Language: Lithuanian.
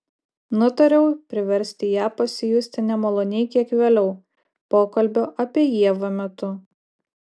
nutariau priversti ją pasijusti nemaloniai kiek vėliau pokalbio apie ievą metu